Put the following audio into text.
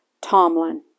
Tomlin